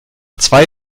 zwei